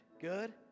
good